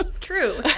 True